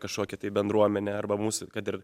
kažkokią tai bendruomenę arba mūsų kad ir